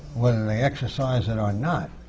whether they exercise it or not,